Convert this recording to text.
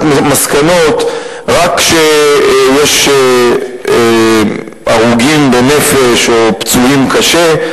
מסקנות רק כשיש הרוגים בנפש או פצועים קשה.